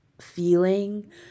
feeling